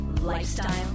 lifestyle